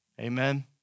Amen